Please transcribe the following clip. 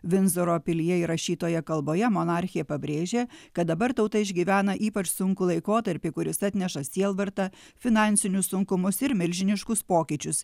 vinzoro pilyje įrašytoje kalboje monarchė pabrėžė kad dabar tauta išgyvena ypač sunkų laikotarpį kuris atneša sielvartą finansinius sunkumus ir milžiniškus pokyčius